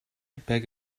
beg